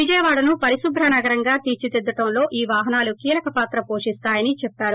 విజయవాడను పరిశుభ్ర నగరంగా తీర్పిదిద్దడంలో ఈ వాహనాలు కీలక పాత్ర పోషిస్తాయని చెప్పారు